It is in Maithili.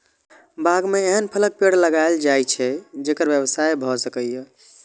बाग मे एहन फलक पेड़ लगाएल जाए छै, जेकर व्यवसाय भए सकय